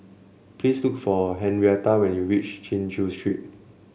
please look for Henrietta when you reach Chin Chew Street